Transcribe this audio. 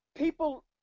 People